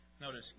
Notice